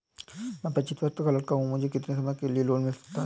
मैं पच्चीस वर्ष का लड़का हूँ मुझे कितनी समय के लिए लोन मिल सकता है?